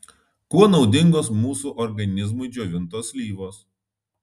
kuo naudingos mūsų organizmui džiovintos slyvos